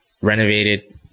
renovated